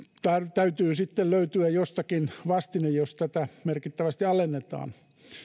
täytyy sitten löytyä jostakin vastine jos tätä merkittävästi alennetaan